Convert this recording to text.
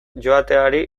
joateari